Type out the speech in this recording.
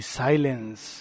silence